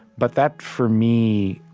but that, for me,